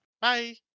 Bye